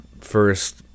first